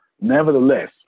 Nevertheless